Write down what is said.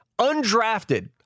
undrafted